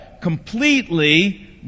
completely